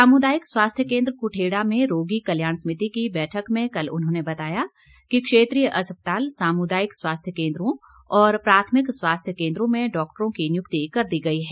सामुदायिक स्वास्थ्य केंद्र कुठेड़ा में रोगी कल्याण समिति की बैठक में कल उन्होंने बताया क्षेत्र के क्षेत्रीय अस्पताल समुदायिक स्वास्थ्य केंद्रों और प्राथमिक स्वास्थ्य केंद्रों में डॉक्टरों की नियुक्ति कर दी गई है